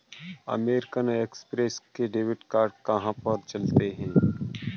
American Express के debit card कहाँ पर चलते हैं?